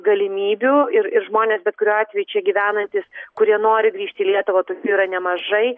galimybių ir ir žmonės bet kuriuo atveju čia gyvenantys kurie nori grįžt į lietuvą tokių yra nemažai